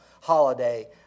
holiday